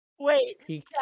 Wait